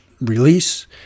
release